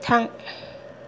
थां